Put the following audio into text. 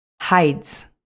hides